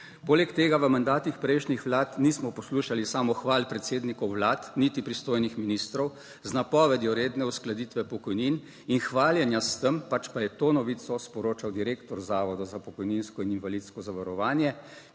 Poleg tega v mandatih prejšnjih vlad nismo poslušali samohval predsednikov vlad niti pristojnih ministrov z napovedjo redne uskladitve pokojnin in hvaljenja s tem, pač pa je to novico sporočal direktor zavoda za pokojninsko in invalidsko zavarovanje,